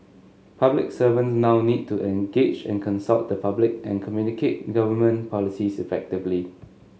public servants now need to engage and consult the public and communicate government policies effectively